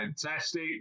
fantastic